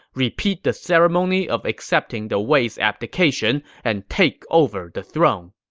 repeat the ceremony of accepting the wei's abdication and take over the throne.